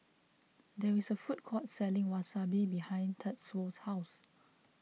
there is a food court selling Wasabi behind Tatsuo's house